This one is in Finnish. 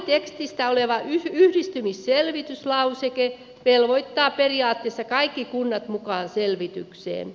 lakitekstissä oleva yhdistymisselvityslauseke velvoittaa periaatteessa kaikki kunnat mukaan selvitykseen